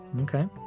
Okay